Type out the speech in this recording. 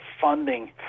funding